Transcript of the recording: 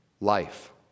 life